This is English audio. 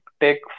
take